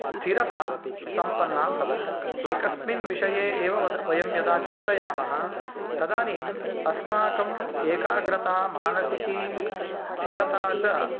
स्थिरता सम्पन्ना भवति एकस्मिन् विषये एव वद् वयं यदा चिन्तयामः तदानीम् अस्माकम् एकाग्रता मानसिकी स्थिरता च